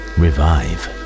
revive